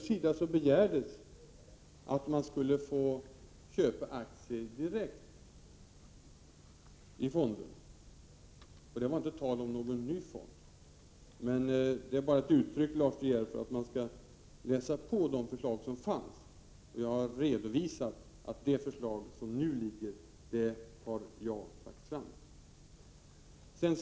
Från LO begärde man att få köpa aktier direkt i fonderna. Det var inte tal om någon ny fond. Detta visar att man bör läsa på de förslag som finns. Jag har redovisat att det är jag som har lagt fram det förslag som nu föreligger.